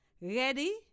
Ready